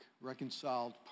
reconciled